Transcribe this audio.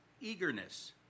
eagerness